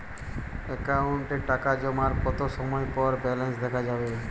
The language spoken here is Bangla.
অ্যাকাউন্টে টাকা জমার কতো সময় পর ব্যালেন্স দেখা যাবে?